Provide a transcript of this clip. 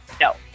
No